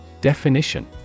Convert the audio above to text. Definition